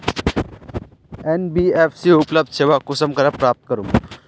NBFC उपलब्ध सेवा कुंसम करे प्राप्त करूम?